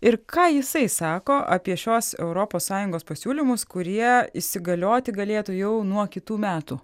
ir ką jisai sako apie šiuos europos sąjungos pasiūlymus kurie įsigalioti galėtų jau nuo kitų metų